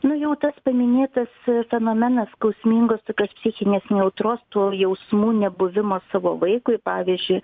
nu jau tas paminėtas fenomenas skausmingos tokios psichinės nejautros tų jausmų nebuvimas savo vaikui pavyzdžiui